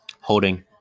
Holding